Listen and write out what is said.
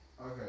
Okay